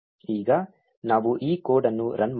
ಈಗ ನಾವು ಈ ಕೋಡ್ ಅನ್ನು ರನ್ ಮಾಡೋಣ